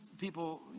people